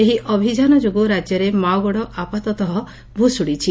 ଏହି ଅଭିଯାନ ଯୋଗୁଁ ରାଜ୍ୟରେ ମାଓଗଡ଼ ଆପାତତଃ ଭୁଷୁଡ଼ିଛି